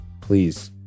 please